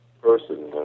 person